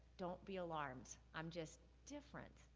don't be alarmed. i'm just different,